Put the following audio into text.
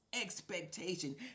expectation